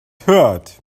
hört